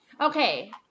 okay